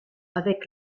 avec